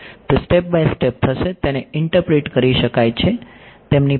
તે step by step થશે તેને ઇન્ટરપ્રીટ કરી શકાય છે